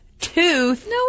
tooth